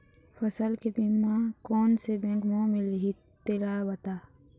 फसल के बीमा कोन से बैंक म मिलही तेला बता?